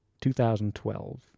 2012